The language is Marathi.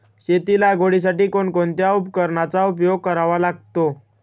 शेती लागवडीसाठी कोणकोणत्या उपकरणांचा उपयोग करावा लागतो?